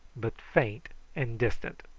but faint and distant.